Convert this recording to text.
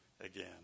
again